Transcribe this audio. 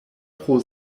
pro